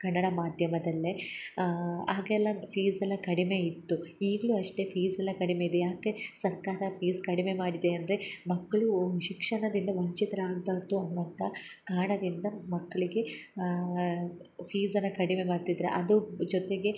ಕನ್ನಡ ಮಾಧ್ಯಮದಲ್ಲೇ ಆಗೆಲ್ಲ ಫೀಝೆಲ್ಲ ಕಡಿಮೆ ಇತ್ತು ಈಗಲು ಅಷ್ಟೆ ಫೀಝೆಲ್ಲ ಕಡಿಮೆ ಇದೆ ಯಾಕೆ ಸರ್ಕಾರ ಫೀಸ್ ಕಡಿಮೆ ಮಾಡಿದೆ ಅಂದರೆ ಮಕ್ಕಳು ಶಿಕ್ಷಣದಿಂದ ವಂಚಿತರಾಗ್ಬಾರದು ಅನ್ನುವಂಥ ಕಾರಣದಿಂದ ಮಕ್ಕಳಿಗೆ ಫೀಸ್ ಅನ್ನ ಕಡಿಮೆ ಮಾಡ್ತಿದ್ರೆ ಅದು ಜೊತೆಗೆ